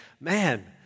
man